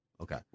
Okay